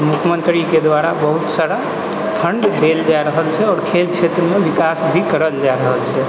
मुख्यमंत्रीके द्वारा बहुत सारा फण्ड देल जा रहल छै आओर खेल क्षेत्रमे विकास भी करल जा रहल छै